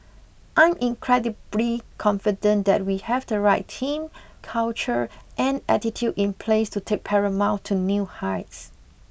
I'm incredibly confident that we have the right team culture and attitude in place to take Paramount to new heights